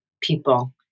people